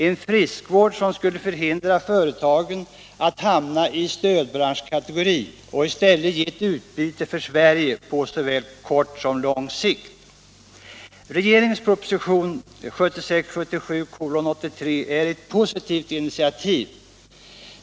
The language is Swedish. En sådan åtgärd skulle förhindra att företagen hamnade i stödbranschkategorin och i stället gav ett utbyte för Sverige på såväl kort som lång sikt. Regeringens proposition 1976/77:83 är ett positivt initiativ.